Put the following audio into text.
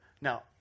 Now